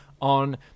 on